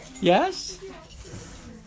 yes